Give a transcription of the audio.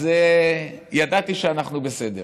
אז ידעתי שאנחנו בסדר.